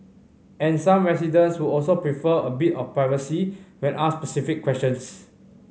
and some residents would also prefer a bit of privacy when asked specific questions